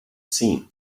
seen